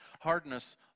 Hardness